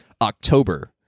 October